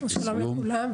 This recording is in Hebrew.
שלום לכולם,